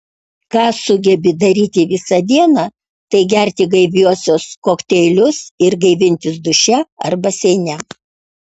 ką sugebi daryti visą dieną tai gerti gaiviuosius kokteilius ir gaivintis duše ar baseine